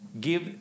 give